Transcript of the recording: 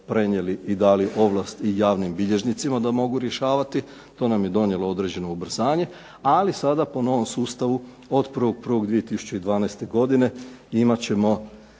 i dali ovlast i javnim bilježnicima da mogu rješavati. To nam je donijelo određeno ubrzanje, ali sada po novom sustavu od 1.1.2012. godine imat ćemo